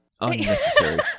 Unnecessary